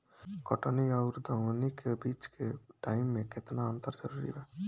कटनी आउर दऊनी के बीच के टाइम मे केतना अंतर जरूरी बा?